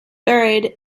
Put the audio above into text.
buried